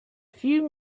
few